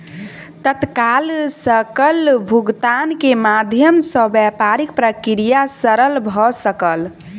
तत्काल सकल भुगतान के माध्यम सॅ व्यापारिक प्रक्रिया सरल भ सकल